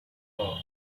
war